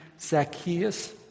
Zacchaeus